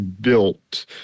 built